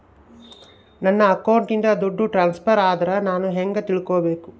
ನನ್ನ ಅಕೌಂಟಿಂದ ದುಡ್ಡು ಟ್ರಾನ್ಸ್ಫರ್ ಆದ್ರ ನಾನು ಹೆಂಗ ತಿಳಕಬೇಕು?